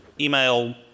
email